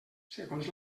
segons